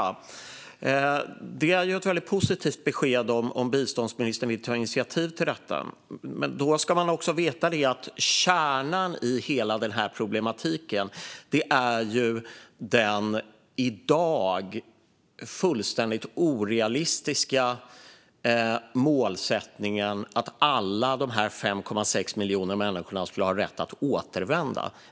Om biståndsministern vill ta initiativ till detta är det ett väldigt positivt besked, men då ska man också veta att kärnan i hela problematiken är den i dag fullständigt orealistiska målsättningen att alla dessa 5,6 miljoner människor skulle ha rätt att återvända.